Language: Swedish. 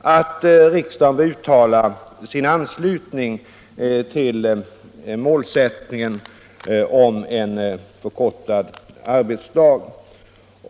att riksdagen skall uttala sin anslutning till målsättningen om förkortad arbetsdag.